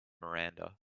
miranda